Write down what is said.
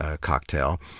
cocktail